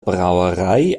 brauerei